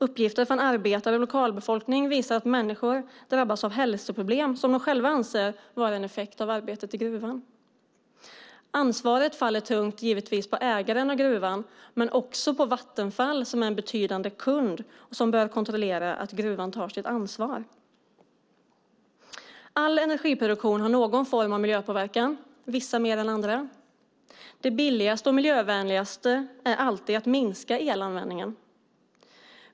Uppgifter från arbetare och lokalbefolkning visar att människor drabbas av hälsoproblem som de själva anser vara en effekt av arbetet i gruvan. Ansvaret faller givetvis tungt på ägaren av gruvan men också på Vattenfall som är en betydande kund som bör kontrollera att gruvägaren tar sitt ansvar. All energiproduktion har någon form av miljöpåverkan, vissa mer än andra. Det billigaste och miljövänligaste är alltid att minska elanvändningen.